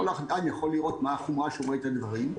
וכל אדם יכול לראות מה החומרה שהוא רואה את הדברים,